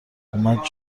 اومد